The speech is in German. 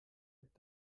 app